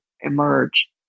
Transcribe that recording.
emerge